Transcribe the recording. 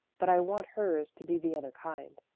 but i want hers to be the other kind.